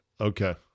Okay